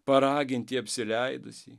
paraginti apsileidusį